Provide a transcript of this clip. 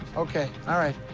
okay. all right.